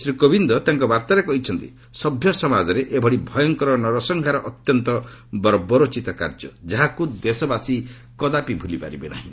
ଶ୍ରୀ କୋବିନ୍ଦ୍ ତାଙ୍କ ବାର୍ତ୍ତାରେ କହିଛନ୍ତି ସଭ୍ୟ ସମାଜରେ ଏଭଳି ଭୟଙ୍କର ନରସଂହାର ଅତ୍ୟନ୍ତ ବର୍ବରୋଚିତ କାର୍ଯ୍ୟ ଯାହାକୁ ଦେଶବାସୀ ଭୁଲିବେ ନାହିଁ